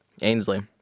Ainsley